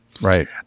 Right